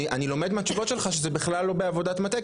אני לומד מהתשובות שלך שזה עדיין לא בעבודת מטה,